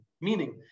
Meaning